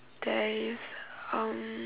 there is um